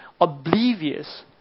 oblivious